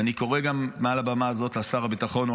ואני קורא גם מעל הבמה הזאת לשר הביטחון.